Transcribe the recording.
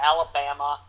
Alabama